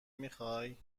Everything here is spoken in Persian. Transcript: میخوای